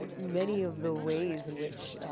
ah many of the ways in which,